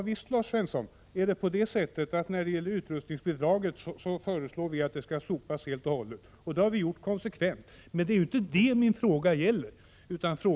Herr talman! Ja, visst föreslår vi att utrustningsbidraget skall slopas helt och hållet, Lars Svensson. Det har vi gjort konsekvent. Men det var ju inte det min fråga gällde.